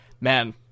Man